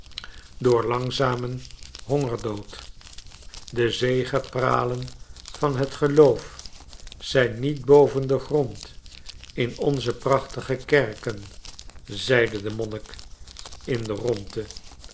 door langzamen hongerdood de zegepralen van het geloof zijn niet boven den grond in onze prachtige kerken zeide de monnik in de rondte